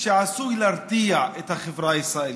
שעשוי להרתיע את החברה הישראלית.